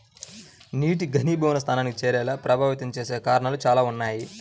నీటిని ఘనీభవన స్థానానికి చేరేలా ప్రభావితం చేసే కారణాలు చాలా ఉన్నాయి